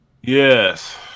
Yes